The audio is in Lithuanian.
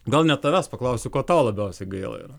gal net tavęs paklausiu ko tau labiausiai gaila ir